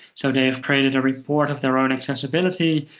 so they've created a report of their own accessibility,